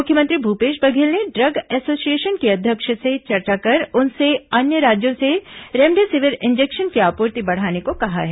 मुख्यमंत्री भूपेश बघेल ने drug association के अध्यक्ष से चर्चा कर उनसे अन्य राज्यों से रेमडेसिविर इंजेक्शन की आपूर्ति बढ़ाने को कहा है